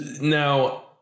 Now